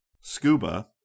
scuba